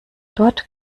dort